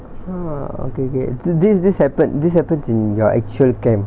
ah okay okay so thi~ this happens this happens in your actual camp